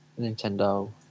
Nintendo